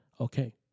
okay